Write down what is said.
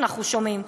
אנחנו שומעים.